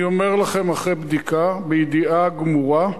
אני אומר לכם אחרי בדיקה, בידיעה גמורה,